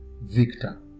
victor